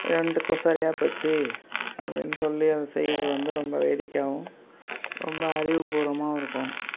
இரண்டுக்கும் சரியாக போச்சு அப்படின்னு சொல்லி அதை செய்யிறது வந்து ரொம்ப வேடிக்கையாகவும் ரொம்ப அறிவுப்பூர்வமாகவும் இருக்கும்